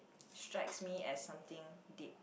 strikes me at something deep